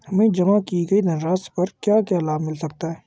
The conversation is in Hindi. हमें जमा की गई धनराशि पर क्या क्या लाभ मिल सकता है?